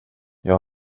jag